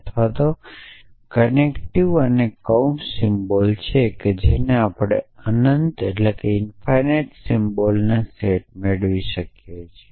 અથવા કનેક્ટીવ અને કૌંસ સિમ્બલ્સ છે જેથી આપણે અનંત સિમ્બલ્સના સેટ મેળવી શકીએ છીએ